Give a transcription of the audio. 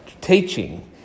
teaching